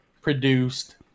produced